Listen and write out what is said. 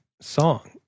song